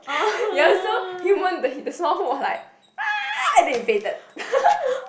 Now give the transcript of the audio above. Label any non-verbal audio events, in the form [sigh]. ya so human the the Smallfoot was like [noise] and then he fainted [laughs]